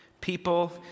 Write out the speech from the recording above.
People